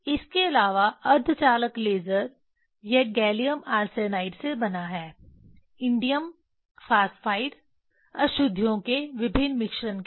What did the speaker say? इसके अलावा अर्धचालक लेज़र यह गैलियम आर्सेनाइड से बना है इंडियम फास्फाइड अशुद्धियों के विभिन्न मिश्रण के साथ